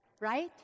Right